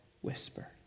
whisper